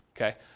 okay